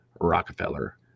Rockefeller